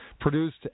produced